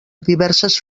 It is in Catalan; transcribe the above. diverses